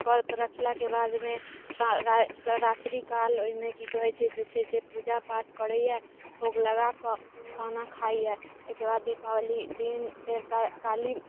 व्रत रखलाके बादमे राति रात्रि काल ओहिमे की कहैत छै जे छै से पूजा पाठ करैया भोग लगा कऽ खाना खाइया एहिके बाद दीपावली दिन फेर का काली